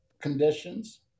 conditions